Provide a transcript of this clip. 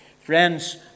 Friends